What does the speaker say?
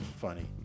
funny